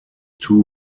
two